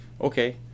Okay